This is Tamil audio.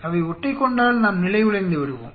அவை ஒட்டிக்கொண்டால் நாம் நிலைகுலைந்து விடுவோம்